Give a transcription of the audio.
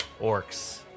Orcs